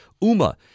UMA